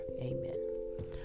Amen